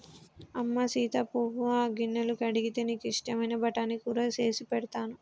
అమ్మ సీత నువ్వు ఆ గిన్నెలు కడిగితే నీకు ఇష్టమైన బఠానీ కూర సేసి పెడతాను